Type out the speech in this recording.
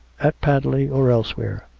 at padley, or elsewhere.